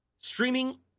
streaming